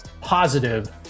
positive